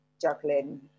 juggling